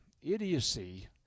idiocy